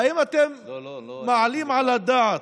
האם אתם מעלים על הדעת,